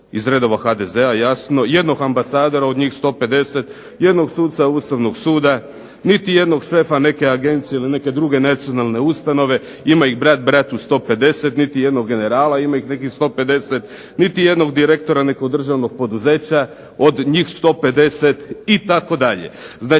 iz redova HDZ-a jasno, jednog ambasadora od njih 150, jednog suca Ustavnog suda, niti jednog šefa neke agencije ili neke druge nacionalne ustanove, ima ih brat bratu 150, niti jednog generala, ima ih nekih 150, niti jednog direktora nekog državnog poduzeća od njih 150, itd.